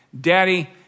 Daddy